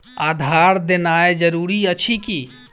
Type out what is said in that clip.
आधार देनाय जरूरी अछि की?